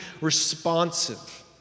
responsive